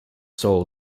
soul